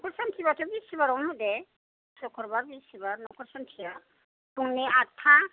न'खर शान्तिबाथ' बिषथिबारावनो होदे शक्रबार बिषथिबार न'खर शान्तिया फुंनि आटता